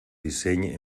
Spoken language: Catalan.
disseny